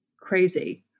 crazy